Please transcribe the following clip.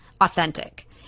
authentic